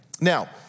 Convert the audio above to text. Now